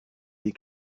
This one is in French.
des